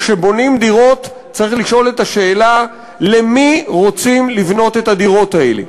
כשבונים דירות צריך לשאול את השאלה: למי רוצים לבנות את הדירות האלה?